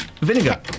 vinegar